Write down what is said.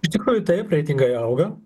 iš tikrųjų taip reitingai auga